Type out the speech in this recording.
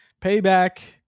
payback